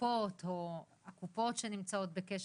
לקופות או הקופות שנמצאות בקשר.